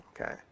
okay